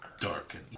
Darken